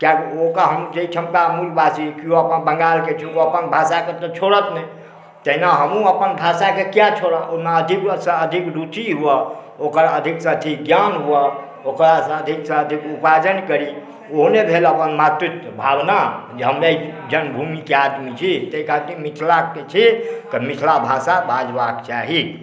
किएकि ओकरा जाहिठामके मुलवासी छी केओ अपन बंगालके तऽ ओ अपन भाषाकेॅं छोड़त नहि तहिना हमहुँ अपन भाषाके किए छोड़ब ओना अधिक सँ अधिक रुचि हुए ओकर अधिक से अधिक ज्ञान हुए ओकरा सँ अधिक सँ अधिक उपार्जन करी ओहने भेल अपन मातृत्व भावना जे हम एहि जन्मभूमिकेँ आदमी छी ताहि कारण मिथिलाके छी ओकरा मिथिला भाषा बाजबाक चाही